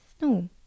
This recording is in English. no